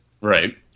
Right